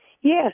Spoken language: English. Yes